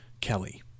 Kelly